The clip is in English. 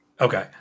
Okay